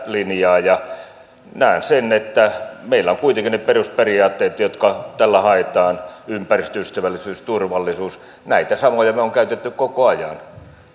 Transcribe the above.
linjaa näen sen että meillä on kuitenkin ne perusperiaatteet joita tällä haetaan ympäristöystävällisyys turvallisuus näitä samoja me olemme käyttäneet koko ajan